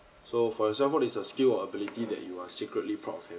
so for example is the skill or ability that you are sacredly proud of here